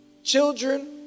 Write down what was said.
children